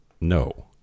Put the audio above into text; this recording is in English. no